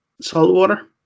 saltwater